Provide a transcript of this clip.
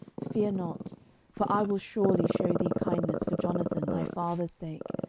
fear not for i will surely shew thee kindness for jonathan thy father's sake,